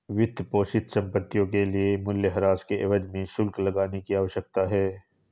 वित्तपोषित संपत्तियों के लिए मूल्यह्रास के एवज में शुल्क लगाने की आवश्यकता है